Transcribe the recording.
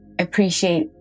appreciate